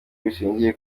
bishingiye